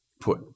put